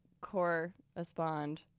correspond